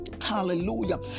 Hallelujah